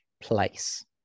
place